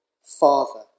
father